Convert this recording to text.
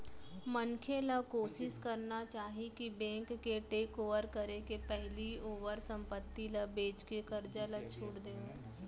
मनखे ल कोसिस करना चाही कि बेंक के टेकओवर करे के पहिली ओहर संपत्ति ल बेचके करजा ल छुट देवय